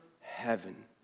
heaven